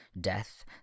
death